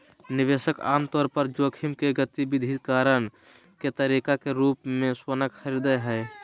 निवेशक आमतौर पर जोखिम के विविधीकरण के तरीके के रूप मे सोना खरीदय हय